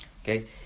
Okay